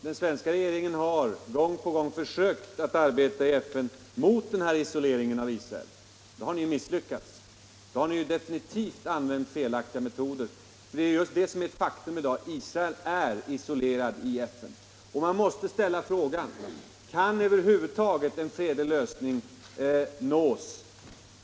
Herr talman! Statsrådet säger att den svenska regeringen gång på gång har försökt arbeta i FN mot isoleringen av Israel. Då har ni misslyckats. Då har ni definitivt använt felaktiga metoder. Det är ett faktum i dag att Israel är isolerat i FN. Man måste fråga: Kan över huvud taget en fredlig lösning nås?